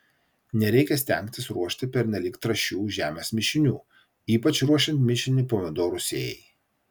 nereikia stengtis ruošti pernelyg trąšių žemės mišinių ypač ruošiant mišinį pomidorų sėjai